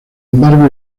embargo